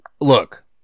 Look